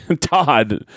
Todd